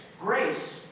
grace